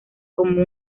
como